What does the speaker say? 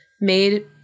made